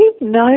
No